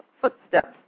footsteps